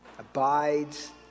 Abides